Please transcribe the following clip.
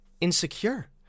insecure